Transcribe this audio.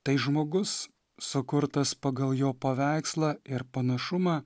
tai žmogus sukurtas pagal jo paveikslą ir panašumą